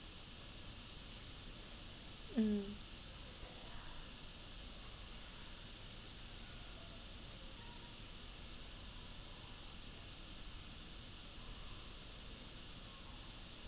mm